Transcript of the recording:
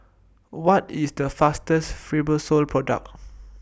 What IS The faster Fibrosol Product